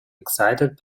excited